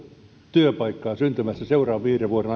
työpaikkaa syntymässä seuraavan viiden vuoden